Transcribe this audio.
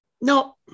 No